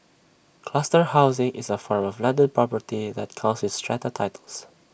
cluster housing is A form of landed property that comes with strata titles